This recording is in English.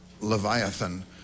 Leviathan